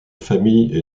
famille